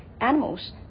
animals